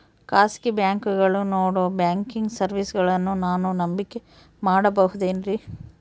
ಖಾಸಗಿ ಬ್ಯಾಂಕುಗಳು ನೇಡೋ ಬ್ಯಾಂಕಿಗ್ ಸರ್ವೇಸಗಳನ್ನು ನಾನು ನಂಬಿಕೆ ಮಾಡಬಹುದೇನ್ರಿ?